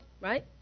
right